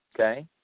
Okay